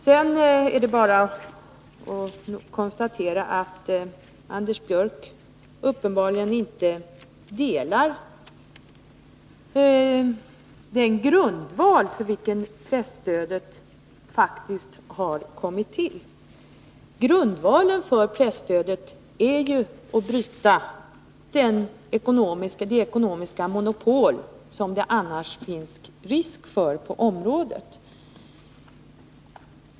Sedan är det bara att konstatera att Anders Björck uppenbarligen inte är med på den grundval på vilken presstödet faktiskt har kommit till. Grundvalen för presstödet är ju att bryta det ekonomiska monopol som det annars finns risk för på området.